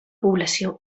població